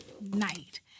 night